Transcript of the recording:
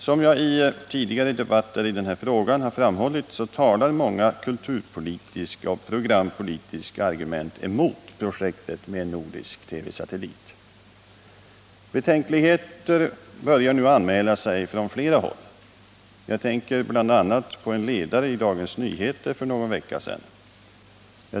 Som jag i tidigare debatter i denna fråga har framhållit så talar många kulturpolitiska och programpolitiska argument emot projektet med en nordisk TV-satellit. Betänkligheter börjar nu anmäla sig från flera håll. Jag tänker bl.a. på en ledare i Dagens Nyheter för någon vecka sedan.